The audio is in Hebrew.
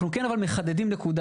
אנחנו כן אבל מחדדים נקודה,